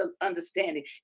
understanding